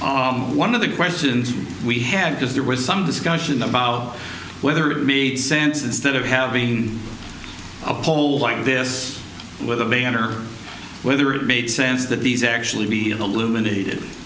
s one of the questions we had because there was some discussion about whether it made sense instead of having a pole like this with a van or whether it made sense that these actually be illuminated